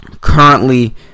currently